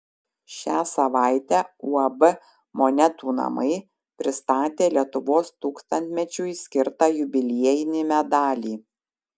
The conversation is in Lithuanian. šią savaitę uab monetų namai pristatė lietuvos tūkstantmečiui skirtą jubiliejinį medalį